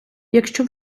якщо